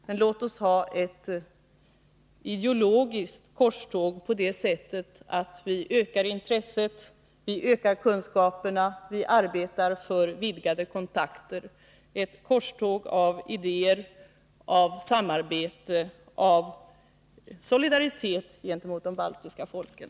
Men låt oss hoppas på ett ideologiskt korståg, i den meningen att intresset och kunskaperna ökas samt att kontakterna vidgas — ett korståg som präglas av idéer och samarbete samt av solidaritet gentemot de baltiska folken.